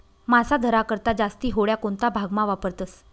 मासा धरा करता जास्ती होड्या कोणता भागमा वापरतस